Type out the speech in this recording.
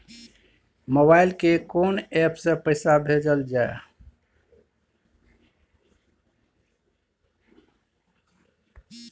Mobile के कोन app से पैसा भेजल जाए?